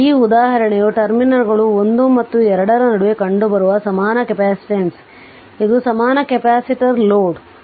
ಆದ್ದರಿಂದ ಈ ಉದಾಹರಣೆಯು ಟರ್ಮಿನಲ್ಗಳು 1 ಮತ್ತು 2 ರ ನಡುವೆ ಕಂಡುಬರುವ ಸಮಾನ ಕೆಪಾಸಿಟನ್ಸ್ ಇದು ಸಮಾನ ಕೆಪಾಸಿಟರ್ ಲೋಡ್equivalent capacitor load